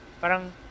parang